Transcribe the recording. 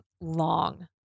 long